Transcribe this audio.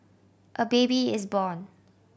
a baby is born